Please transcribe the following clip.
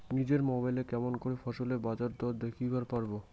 নিজের মোবাইলে কেমন করে ফসলের বাজারদর দেখিবার পারবো?